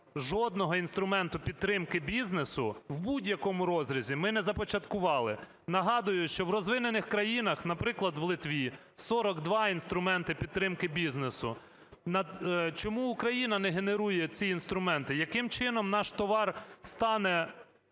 Жодного інструменту підтримки бізнесу в будь-якому розрізі ми не започаткували. Нагадую, що у розвинених країнах, наприклад в Литві, 42 інструменти підтримки бізнесу. Чому Україна не генерує ці інструменти? Яким чином наш товар стане